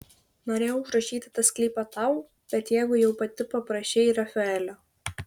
norėjau užrašyti tą sklypą tau bet jeigu jau pati paprašei rafaelio